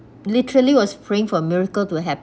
literally was praying for a miracle to hap~